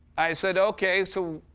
i said, okay, so